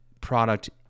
product